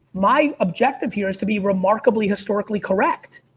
my objective here is to be remarkably, historically, correct.